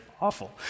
awful